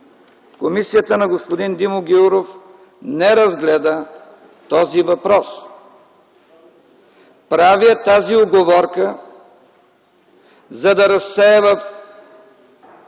комисията на господин Димо Гяуров не разгледа този въпрос. Правя тази уговорка, за да разсея,